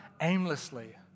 aimlessly